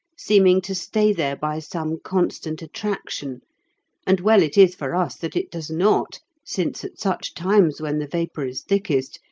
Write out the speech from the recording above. seeming to stay there by some constant attraction and well it is for us that it does not, since at such times when the vapour is thickest,